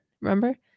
remember